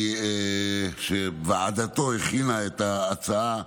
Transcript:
שוועדתו הכינה את ההצעה,